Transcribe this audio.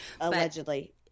Allegedly